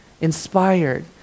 Inspired